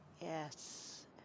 yes